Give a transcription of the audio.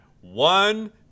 one